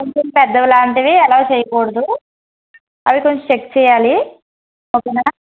కొంచెం పెద్దవి లాంటివి అల్లౌ చేయకూడదు అవి కొంచెం చెక్ చెయాలి ఓకేనా